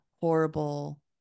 horrible